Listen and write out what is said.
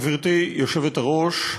גברתי היושבת-ראש,